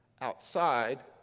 outside